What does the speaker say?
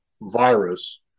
virus